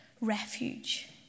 refuge